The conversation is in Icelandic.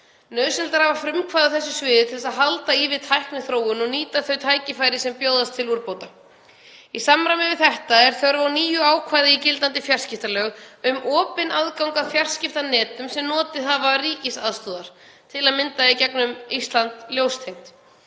að hafa frumkvæði á þessu sviði til þess að halda í við tækniþróun og nýta þau tækifæri sem bjóðast til úrbóta. Í samræmi við þetta er þörf á nýju ákvæði í gildandi fjarskiptalög, um opinn aðgang að fjarskiptanetum sem notið hafa ríkisaðstoðar, til að mynda í gegnum Ísland ljóstengt.